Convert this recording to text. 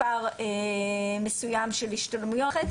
מספר שנים נותן תמיכה בהשתלמויות עמיתים